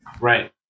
right